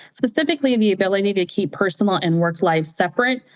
specifically the ability to keep personal and work lives separate,